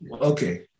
okay